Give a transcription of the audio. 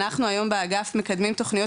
אנחנו היום באגף מקדמים תוכניות